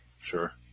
sure